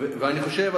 אני חושב,